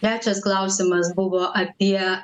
trečias klausimas buvo apie